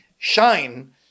shine